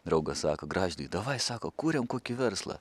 draugas sako gražvydai davai sako kuriam kokį verslą